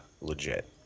legit